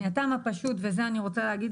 וזאת מהטעם הפשוט ואת זה אני רוצה להגיד